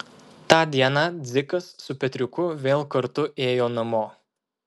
tą dieną dzikas su petriuku vėl kartu ėjo namo